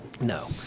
no